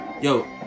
Yo